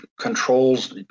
controls